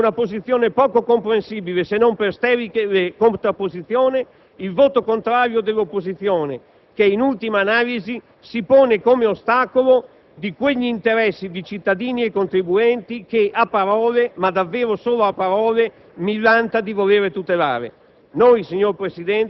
Considero pertanto una posizione davvero poco comprensibile, se non per sterile contrapposizione, il voto contrario dell'opposizione che, in ultima analisi, si pone come un ostacolo agli interessi di cittadini e contribuenti, che a parole, ma davvero solo a parole, millanta di voler tutelare.